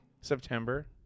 September